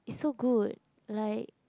it's so good like